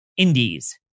Indies